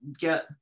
get